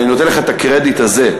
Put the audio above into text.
אני נותן לך את הקרדיט הזה.